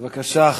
תודה רבה.